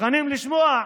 מוכנים לשמוע.